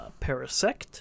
parasect